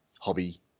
hobby